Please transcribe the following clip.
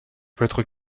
votre